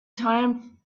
time